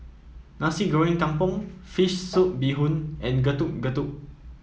Nasi Goreng Kampung fish soup Bee Hoon and Getuk Getuk